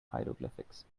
hieroglyphics